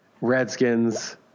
Redskins